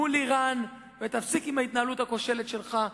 מול אירן, ותפסיק עם ההתנהלות הכושלת שלך.